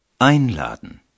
Einladen